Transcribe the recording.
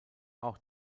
auch